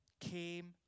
Came